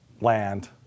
land